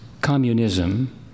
communism